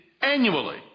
annually